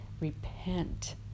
repent